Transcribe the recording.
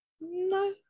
no